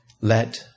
Let